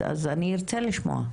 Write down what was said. אני ארצה לשמוע.